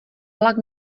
vlak